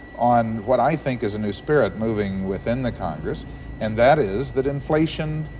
on what i think is a new spirit moving within the congress and that is that inflation,